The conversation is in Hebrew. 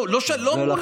לא אמרו לנו.